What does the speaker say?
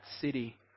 city